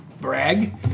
brag